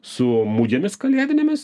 su mugėmis kalėdinėmis